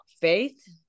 faith